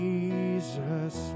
Jesus